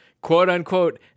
quote-unquote